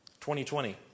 2020